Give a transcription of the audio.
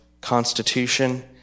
constitution